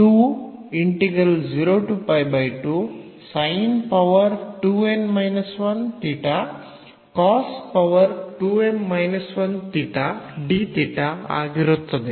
ಆದ್ದರಿಂದ ಆಗಿರುತ್ತದೆ